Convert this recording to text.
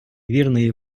вірної